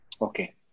Okay